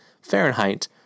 Fahrenheit